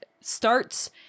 starts